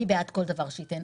אני בעד כל דבר שייתן.